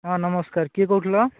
ହଁ ନମସ୍କାର କିଏ କହୁଥିଲ